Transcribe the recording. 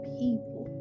people